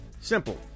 Simple